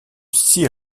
six